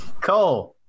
Cole